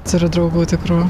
turiu draugų tikrų